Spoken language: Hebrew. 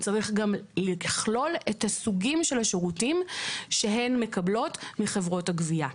והוא צריך לכלול גם את סוגי השירותים שהרשויות מקבלות מחברות הגבייה.